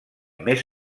més